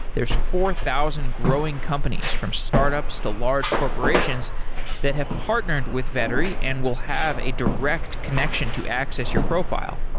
there's four thousand growing companies, from startups to large corporations that have partnered with vettery and will have a direct connection to access your profile.